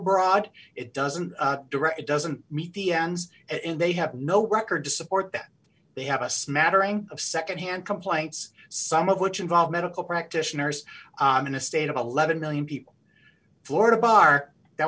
broad it doesn't direct it doesn't meet the ends and they have no record to support that they have a smattering of nd hand complaints some of which involve medical practitioners in a state of eleven million people florida bar that